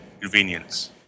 Convenience